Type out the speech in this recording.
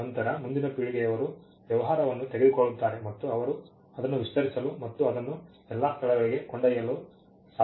ನಂತರ ಮುಂದಿನ ಪೀಳಿಗೆಯವರು ವ್ಯವಹಾರವನ್ನು ತೆಗೆದುಕೊಳ್ಳುತ್ತಾರೆ ಮತ್ತು ಅವರು ಅದನ್ನು ವಿಸ್ತರಿಸಲು ಮತ್ತು ಅದನ್ನು ಎಲ್ಲಾ ಸ್ಥಳಗಳಿಗೆ ಕೊಂಡೊಯ್ಯಲು ಸಾಧ್ಯವಾಗುತ್ತದೆ